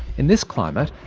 in this climate,